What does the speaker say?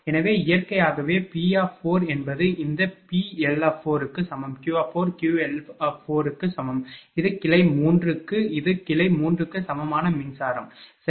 எனவே இயற்கையாகவே P என்பது இந்த PL க்கு சமம் Q QL க்கு சமம் இது கிளை 3 க்கு இது கிளை 3 க்கு சமமான மின்சாரம் சரி